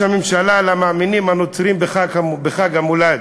הממשלה למאמינים הנוצרים בחג המולד.